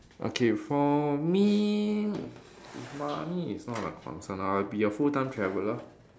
okay for me if money is not a concern I would be a full time traveller